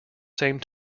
same